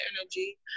energy